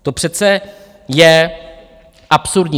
To přece je absurdní!